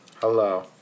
hello